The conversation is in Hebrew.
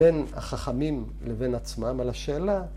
‫בין החכמים לבין עצמם, על השאלה